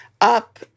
up